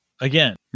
again